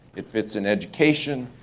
it fits in education,